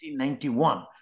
1991